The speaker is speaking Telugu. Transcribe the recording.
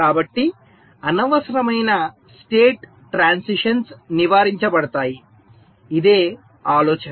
కాబట్టి అనవసరమైన స్టేట్ ట్రాన్సిషన్స్ నివారించబడతాయి ఇదే ఆలోచన